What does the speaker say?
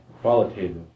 qualitative